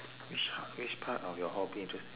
which uh which part of your hobby interest